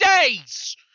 days